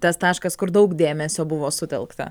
tas taškas kur daug dėmesio buvo sutelkta